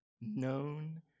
known